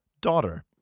daughter